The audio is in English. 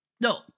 No